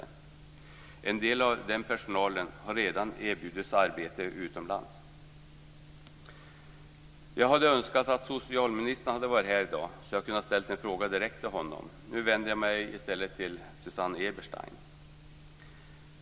En del av den personalen har redan erbjudits arbete utomlands. Jag önskar att socialministern hade varit här i dag så att jag hade kunnat ställa en fråga direkt till honom. Nu vänder jag mig i stället till Susanne Eberstein.